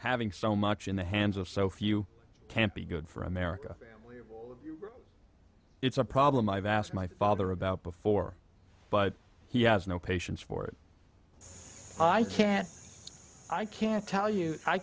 having so much in the hands of so few can't be good for america it's a problem i've asked my father about before but he has no patience for it i can't i can't tell you i